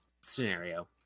scenario